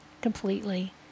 completely